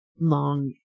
long